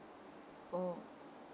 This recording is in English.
orh